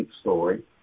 story